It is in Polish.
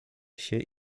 się